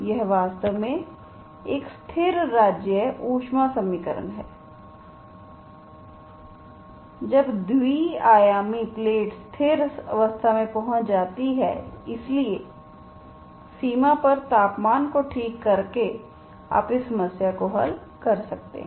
यह वास्तव में एक स्थिर राज्य ऊष्मा समीकरण है जब द्वि आयामी प्लेट स्थिर अवस्था में पहुंच जाती है इसलिए सीमा पर तापमान को ठीक करके आप इस समस्या को हल कर सकते हैं